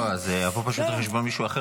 לא, זה פשוט יבוא על חשבון מישהו אחר.